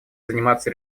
заниматься